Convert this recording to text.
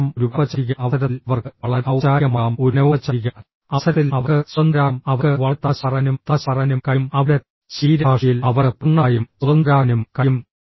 ഇതിനർത്ഥം ഒരു ഔപചാരിക അവസരത്തിൽ അവർക്ക് വളരെ ഔപചാരികമാകാം ഒരു അനൌപചാരിക അവസരത്തിൽ അവർക്ക് സ്വതന്ത്രരാകാം അവർക്ക് വളരെ തമാശ പറയാനും തമാശ പറയാനും കഴിയും അവരുടെ ശരീരഭാഷയിൽ അവർക്ക് പൂർണ്ണമായും സ്വതന്ത്രരാകാനും കഴിയും